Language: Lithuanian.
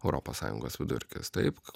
europos sąjungos vidurkis taip